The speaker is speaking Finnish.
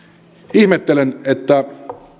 ihmettelen että